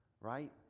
right